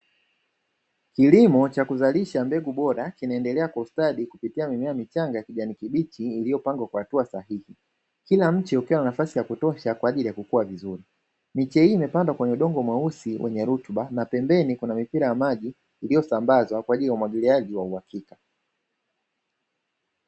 Kilimo cha kuzalisha mbegu bora kinaendelea kwa kustadi kupitia mimea michanga ya kijani kibichi, iliyopangwa kwa hatua sahihi kila mche ukiwa nafasi ya kutosha kwa ajili ya kukuwa vizuri miche hii imepanda kwenye udongo mweusi wenye rutuba, na pembeni kuna mipira ya maji iliyosambazwa kwa ajili ya umwagiliaji wa uhakika.